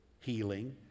healing